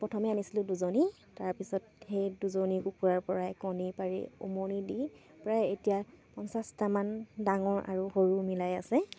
প্ৰথমেই আনিছিলোঁ দুজনী তাৰপিছত সেই দুজনী কুকুৰাৰপৰাই কণী পাৰি উমনি দি প্ৰায় এতিয়া পঞ্চাছটামান ডাঙৰ আৰু সৰু মিলাই আছে